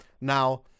Now